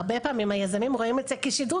הרבה פעמים היזמים רואים את זה כשדרוג,